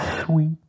sweet